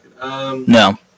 No